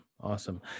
awesome